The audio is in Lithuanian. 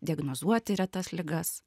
diagnozuoti retas ligas